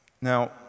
Now